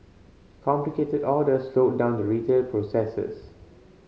complicated orders slowed down the retail processes